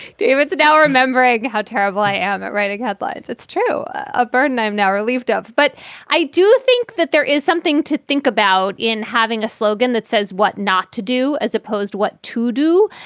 david's now remembering how terrible i am at writing. but it's it's true. a burden i'm now relieved of. but i do think that there is something to think about in having a slogan that says what not to do as opposed what to do.